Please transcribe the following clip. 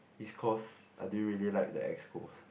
it's cause I didn't really like they excos